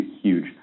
huge